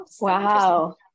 wow